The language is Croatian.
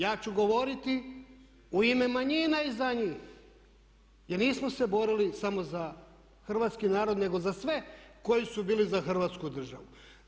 Ja ću govoriti u ime manjina i za njih jer nismo se borili samo za hrvatski narod nego za sve koji su bili za Hrvatsku državu.